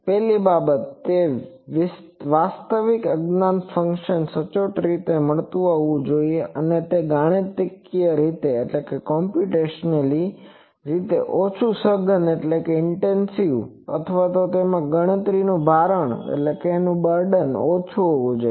પહેલી બાબત તે વાસ્તવિક અજ્ઞાત ફંક્શનને સચોટ રીતે મળતુ આવતું હોવું જોઈએ અને તે ગણતરીકીય રીતે ઓછું સઘન અથવા તેમાં ગણતરીનુ ભારણ ઓછું હોવું જોઈએ